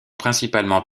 principalement